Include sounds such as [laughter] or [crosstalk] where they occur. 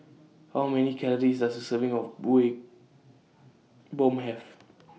How Many Calories Does A Serving of Kuih Bom Have [noise]